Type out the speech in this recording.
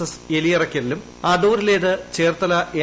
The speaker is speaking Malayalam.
എസ് എലിയറയ്ക്കലിലും അരൂരിലേത് ചേർത്തല എൻ